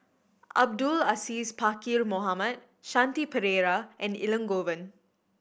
Abdul Aziz Pakkeer Mohamed Shanti Pereira and Elangovan